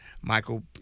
michael